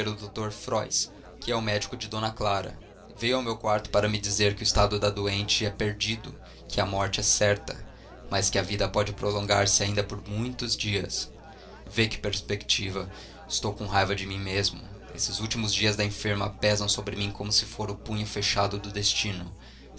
dr fróis que é o médico de d clara veio ao meu quarto para me dizer que o estado da doente é perdido que a morte é certa mas que a vida pode prolongar-se ainda por muitos dias vê que perspectiva estou com raiva de mim mesmo esses últimos dias da enferma pesam sobre mim como se fora o punho fechado do destino